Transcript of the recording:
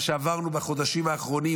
מה שעברנו בחודשים האחרונים,